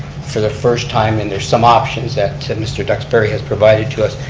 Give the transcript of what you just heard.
for the first time and there's some options that mr. duxbury has provided to us.